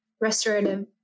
restorative